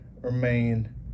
remain